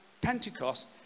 Pentecost